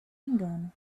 engano